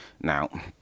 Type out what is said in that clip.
now